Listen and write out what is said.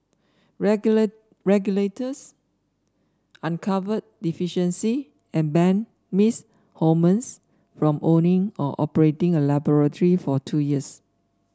regular regulators uncovered deficiencies and banned Ms Holmes from owning or operating a laboratory for two years